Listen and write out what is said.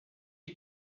you